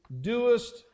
doest